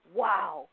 wow